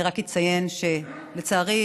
אני רק אציין שלצערי,